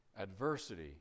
adversity